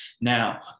Now